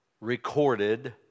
recorded